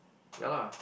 ya lah